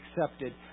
accepted